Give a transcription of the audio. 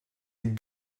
êtes